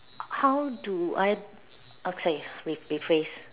how do I okay re~ replace